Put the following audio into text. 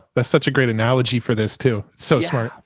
that's such a great analogy for this too. so smart.